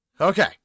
Okay